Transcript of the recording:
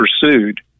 pursued